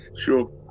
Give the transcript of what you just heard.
sure